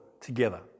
together